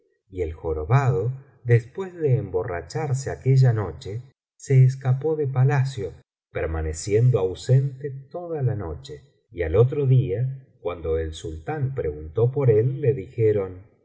y el jorobado después de emborracharse aquella noche se escapó de palacio permaneciendo ausente toda la noche y al otro día cuando el sultán preguntó por él le dijeron